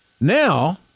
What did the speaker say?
Now